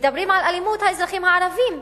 מדברים על אלימות האזרחים הערבים,